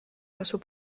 asub